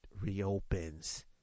reopens